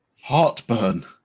heartburn